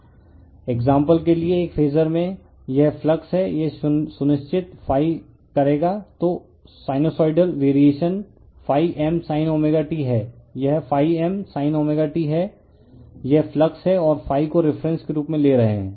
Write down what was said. refer slide time 1722 example के लिए एक फेजर में यह फ्लक्स है यह सुनिश्चित करेगा तो sinusoidal variation M sin ω t हैं यह M sin ω t है यह फ्लक्स है और को रिफ़रेंस के रूप में ले रहे हैं